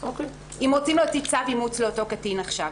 אם רוצים להכריז על הקטין בר אימוץ?